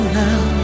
now